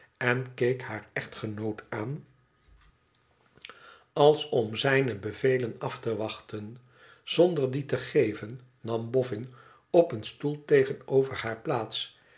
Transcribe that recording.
en keek haar echtgenoot aan als om zijne bevelen af te wachten zonder die te geven nam bofün op een stoel tegenover haar plaats